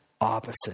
opposite